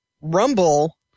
Rumble